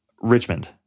Richmond